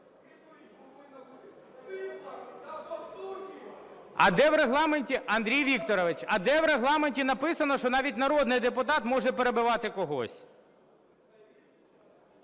а де в Регламенті написано, що навіть народний депутат може перебивати когось?